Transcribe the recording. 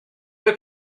vais